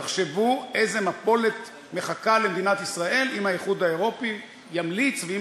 תחשבו איזו מפולת מחכה למדינת ישראל אם האיחוד האירופי ימליץ ואם